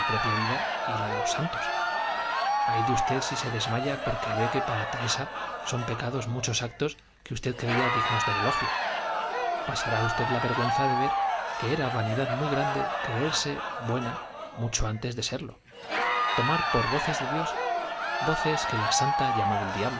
propia vida y la de los santos ay de usted si desmaya porque ve que para teresa son pecados muchos actos que usted creía dignos de elogio pasará usted la vergüenza de ver que era vanidad muy grande creerse buena mucho antes de serlo tomar por voces de dios voces que la santa llama del